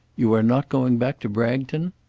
you are not going back to bragton?